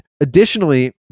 Additionally